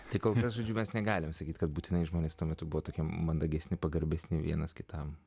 tik kol kas žodžiu mes negalime sakyti kad būtinai žmonės tuo metu buvo tokie mandagesni pagarbesni vienas kitam